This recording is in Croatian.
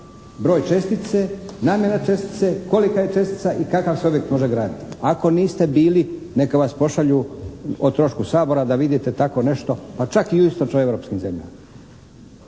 broj čestice, namjena čestice, kolika je čestica i kakav se objekt može graditi. Ako niste bili neka vas pošalju o trošku Sabora da vidite tako nešto pa čak i u istočnim europskim zemljama.